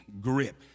grip